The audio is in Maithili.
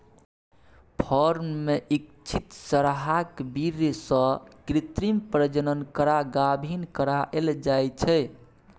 फर्म मे इच्छित सरहाक बीर्य सँ कृत्रिम प्रजनन करा गाभिन कराएल जाइ छै